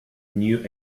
new